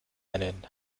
einen